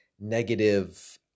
negative